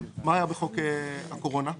מה היה בחוק הקורונה הקודם?